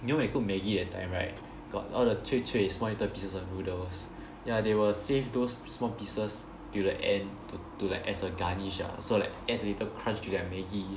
you know you cook maggie that time right got all the 脆脆 small little pieces of noodles ya they will save those small pieces till the end to to like as a garnish ah so like it adds a little crunch to their maggie